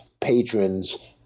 patrons